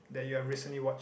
that you are recently watch